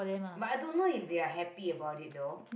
but I don't know if they're happy about it though